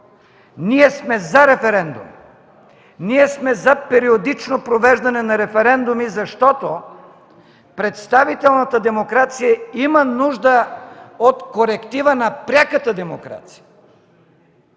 Ние сме за референдум. Ние сме за периодично провеждане на референдуми, защото представителната демокрация има нужда от коректива на пряката демокрация,